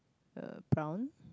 uh brown